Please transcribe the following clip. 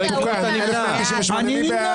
מי נגד?